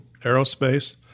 aerospace